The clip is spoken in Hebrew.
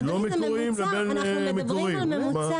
אנחנו מדברים על ממוצע.